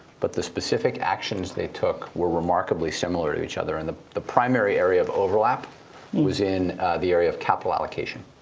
but the specific actions they took were remarkably similar to each other. and the the primary area of overlap was in the area of capital allocation.